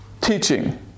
teaching